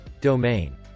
domain